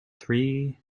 three